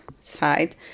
side